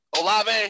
Olave